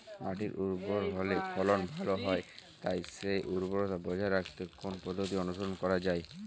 মাটি উর্বর হলে ফলন ভালো হয় তাই সেই উর্বরতা বজায় রাখতে কোন পদ্ধতি অনুসরণ করা যায়?